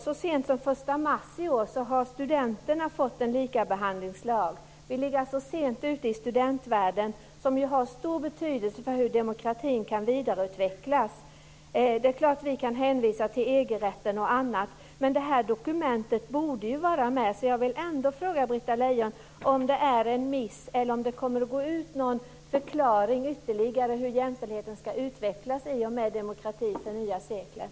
Så sent som den 1 mars i år fick de studerande en likabehandlingslag. Vi är alltså sent ute i studentvärlden, som ju har en stor betydelse för demokratins vidareutveckling. Det är klart att vi kan hänvisa bl.a. till EG-rätten, men det här dokumentet borde komma in i detta sammanhang. Jag vill därför fråga Britta Lejon om det är fråga om en miss eller om det kommer att lämnas någon ytterligare förklaring till hur jämställdheten ska utvecklas i och med arbetet för demokrati för det nya seklet.